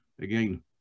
again